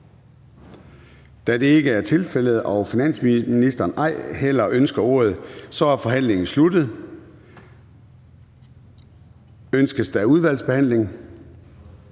Da det ikke er tilfældet og finansministeren ej heller ønsker ordet, er forhandlingen sluttet. Ønskes der udvalgsbehandling?